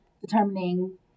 determining